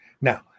Now